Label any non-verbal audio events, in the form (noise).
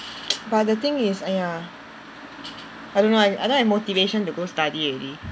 (noise) but the thing is !aiya! I don't know I I don't have motivation to go study already